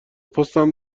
پستم